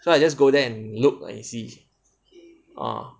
so I just go there and look and see ah